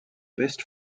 best